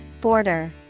border